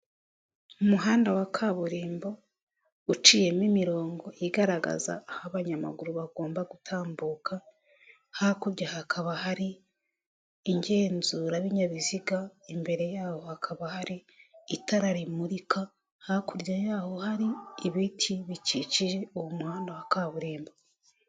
Umuhanda wa kaburimbo uciyemo imirongo igaragaza aho abanyamaguru bagomba gutambuka, hakurya hakaba hari igenzurabinyabiziga imbere yaho hakaba hari itara rimurika hakurya yaho hari ibiti bikikije uwo muhanda wa kaburimbo.